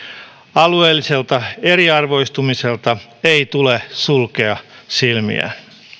alueelliselta eriarvoistumiselta ei tule sulkea silmiään